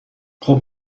خوب